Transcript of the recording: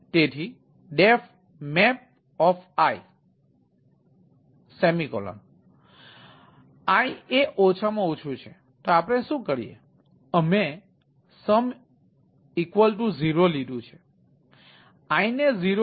તેથી def map